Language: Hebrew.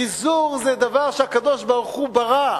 חיזור זה דבר שהקדוש-ברוך-הוא ברא.